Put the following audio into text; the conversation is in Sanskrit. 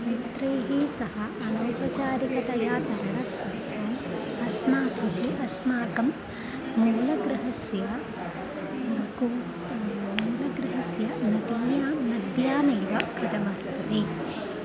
मित्रैः सह अनौपचारिकतया तरणस्पर्धाम् अस्माभिः अस्माकं मूलगृहस्य कूपः मूलगृहस्य कूपे नद्यामेव कृतं वर्तते